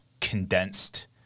condensed